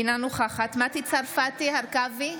אינה נוכחת מטי צרפתי הרכבי,